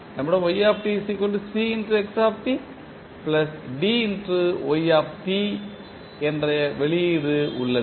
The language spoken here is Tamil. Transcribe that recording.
நம்மிடம் என்ற வெளியீட்டு உள்ளது